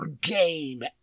game